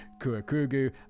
kuakugu